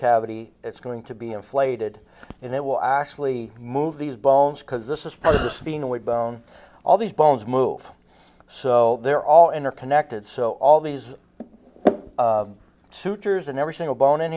cavity it's going to be inflated and it will actually move these bones because this is part of the scene with bone all these bones move so they're all interconnected so all these sutures and every single bone in